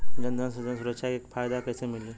जनधन से जन सुरक्षा के फायदा कैसे मिली?